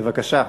בבקשה.